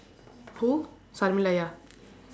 who ya